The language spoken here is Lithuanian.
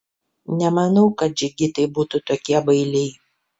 nemanau kad džigitai būtų tokie bailiai